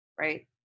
Right